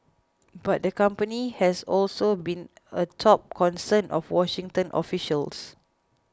but the company has also been a top concern of Washington officials